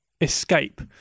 escape